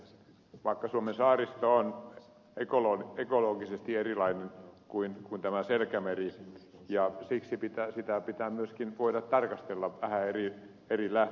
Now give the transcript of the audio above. vakka suomen saaristo on ekologisesti erilainen kuin tämä selkämeri ja siksi sitä pitää myöskin voida tarkastella vähän eri lähtökohdista